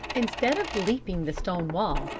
instead of leaping the stone wall,